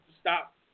stop